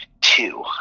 two